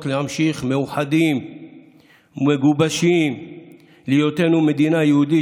להמשיך מאוחדים ומגובשים להיותנו מדינה יהודית,